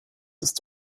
ist